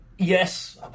Yes